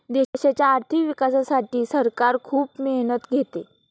देशाच्या आर्थिक विकासासाठी सरकार खूप मेहनत घेते